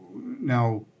Now